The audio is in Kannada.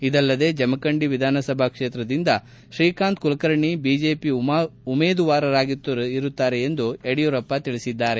ಇದಲ್ಲದೆ ಜಮಖಂಡಿ ವಿಧಾನಸಭಾ ಕ್ಷೇತ್ರದಿಂದ ಶ್ರೀಕಾಂತ್ ಕುಲಕರ್ಣಿ ಬಿಜೆಪಿ ಉಮೇದುವಾರರಾಗಿರುತ್ತಾರೆಂದು ಯಡಿಯೂರಪ್ಪ ತಿಳಿಸಿದ್ದಾರೆ